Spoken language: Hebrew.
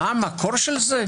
המקור של זה: